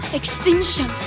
extinction